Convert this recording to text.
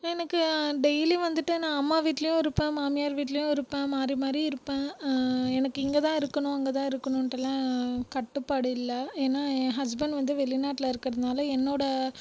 எனக்கு டெய்லியும் வந்துட்டு நான் அம்மா வீட்லேயும் இருப்பேன் மாமியார் வீட்லேயும் இருப்பேன் மாறி மாறி இருப்பேன் எனக்கு இங்கேதான் இருக்கணும் அங்கேதான் இருக்கணுன்ட்டெல்லாம் கட்டுப்பாடு இல்லை ஏன்னால் என் ஹஸ்பண்ட் வந்து வெளிநாட்டில் இருக்கிறதுனால என்னோடய